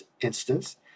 instance